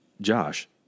Josh